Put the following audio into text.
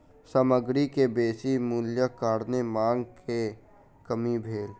सामग्री के बेसी मूल्यक कारणेँ मांग में कमी भेल